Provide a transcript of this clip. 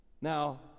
Now